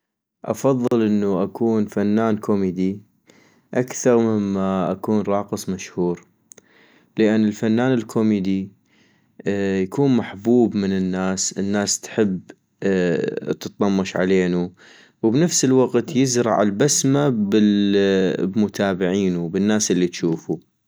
افضل انو اكون فنان كوميدي اكثر مما أكون راقص مشهور - لان الفنان الكوميدي يكون محبوب من الناس ، الناس تحب تطمش علينو ، وبنفس الوقت يزرع البسمة بل-بمتابعينو بالناس الي تشوفو